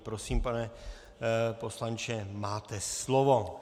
Prosím, pane poslanče, máte slovo.